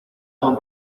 son